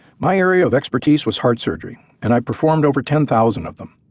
my area of expertise was heart surgery, and i performed over ten thousand of them.